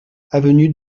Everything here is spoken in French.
avenue